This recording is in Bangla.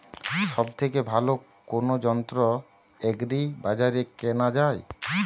সব থেকে ভালো কোনো যন্ত্র এগ্রি বাজারে কেনা যায়?